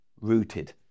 rooted